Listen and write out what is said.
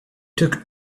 took